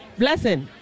blessing